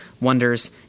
wonders